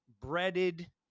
breaded